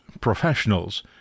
professionals